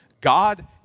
God